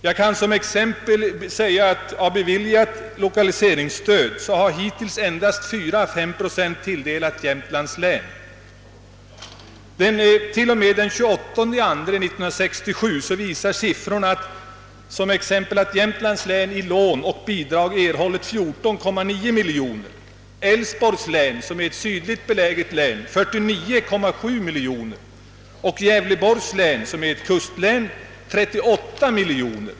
Jag kan som exempel nämna att av beviljat 1lokaliseringsstöd hittills endast 4 å 5 procent har tilldelats Jämtlands län, Siffrorna visar att Jämtlands län t.o.m. den 28 februari 1967 i lån och bidrag erhållit 14,9 miljoner, Älvsborgs län, som är ett sydligt beläget län, 49,7 miljoner och Gävleborgs län, som är ett kustlän, 38 miljoner.